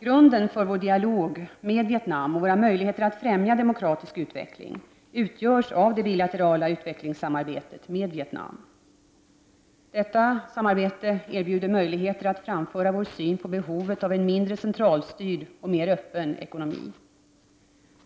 Grunden för vår dialog med Vietnam och våra möjligheter att främja en demokratisk utveckling utgörs av det bilaterala utvecklingssamarbetet med Vietnam. Detta samarbete erbjuder möjligheter att framföra vår syn på behovet av en mindre centralstyrd och mer öppen ekonomi.